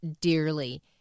dearly